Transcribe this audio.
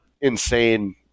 insane